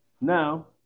Now